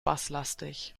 basslastig